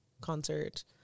concert